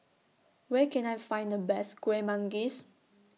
Where Can I Find The Best Kuih Manggis